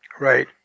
Right